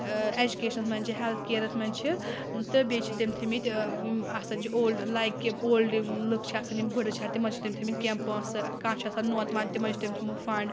ٲں ایٚجوکیشنَس منٛز چھِ ہیٚلٕتھ کِیرَس منٛز چھِ اۭں تہٕ بیٚیہِ چھِ تٔمۍ تھٲیمِتۍ آسان چھِ اولڈٕ لایِک کہِ اولڈٕ لوٗکھ چھِ آسان یِم بٕڑٕ چھِ تِمَن چھِ تٔمۍ تھٲیِمِتۍ کیٚنٛہہ پونٛسہٕ کانٛہہ چھُ آسان نوتہٕ وَان تِمَن چھِ تٔمۍ تھوٚمُت فَنٛڈ